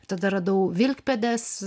tada radau vilkpėdės